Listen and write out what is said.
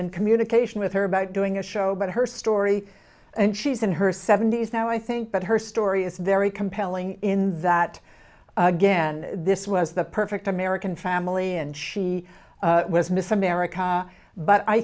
in communication with her about doing a show about her story and she's in her seventy's now i think but her story is very compelling in that again this was the perfect american family and she was miss america but i